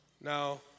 Now